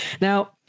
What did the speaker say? now